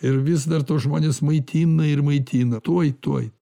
ir vis dar tuos žmones maitina ir maitina tuoj tuoj